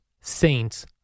Saints